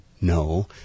No